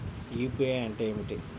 UPI అంటే ఏమిటి?